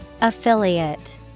affiliate